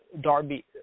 Darby